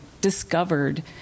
discovered